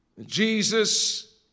Jesus